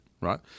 right